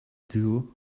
due